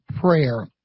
prayer